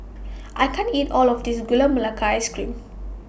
I can't eat All of This Gula Melaka Ice Cream